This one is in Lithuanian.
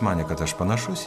manė kad aš panašus